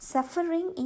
Suffering